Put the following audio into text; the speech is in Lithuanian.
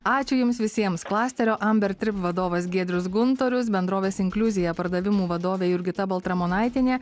ačiū jums visiems klasterio amber trip vadovas giedrius guntorius bendrovės inkliuzija pardavimų vadovė jurgita baltramonaitienė